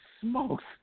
smokes